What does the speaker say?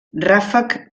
ràfec